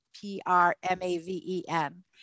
P-R-M-A-V-E-N